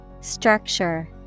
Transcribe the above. Structure